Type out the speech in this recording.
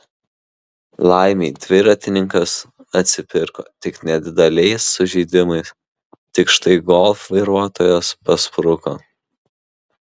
laimei dviratininkas atsipirko tik nedideliais sužeidimais tik štai golf vairuotojas paspruko